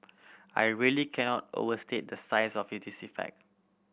I really cannot overstate the size of this effect